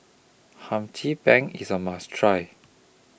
Hum Chim Peng IS A must Try